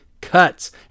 cuts